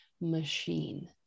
machine